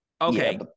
Okay